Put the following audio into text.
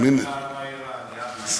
תגיד גם למה היא העיר הענייה בישראל,